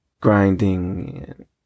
grinding